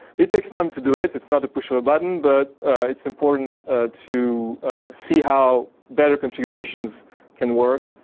it takes time to do it. it's not a push of a button but it's important to see how better configurations can work.